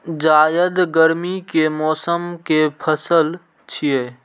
जायद गर्मी के मौसम के पसल छियै